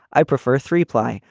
i prefer three ply.